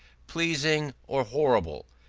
pleasing or horrible.